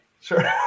Sure